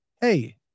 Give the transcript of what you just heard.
hey